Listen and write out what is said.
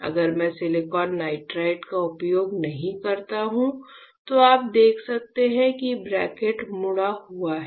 अगर मैं silicon nitride का उपयोग नहीं करता हूं तो आप देख सकते हैं कि ब्रैकेट मुड़ा हुआ है